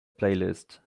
playlist